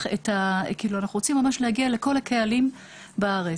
אנחנו רוצים ממש להגיע לכל הקהלים בארץ.